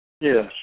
Yes